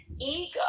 Ego